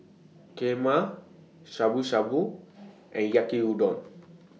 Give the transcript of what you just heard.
Kheema Shabu Shabu and Yaki Udon